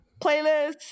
playlists